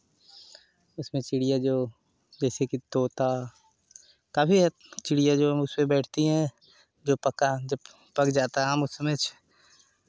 उसमें चिड़िया जो जैसे कि तोता काफ़ी चिड़िया जो उस पर बैठती हैं जो पका जब पक जाता है आम उसमें